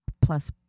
plus